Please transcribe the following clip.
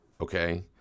okay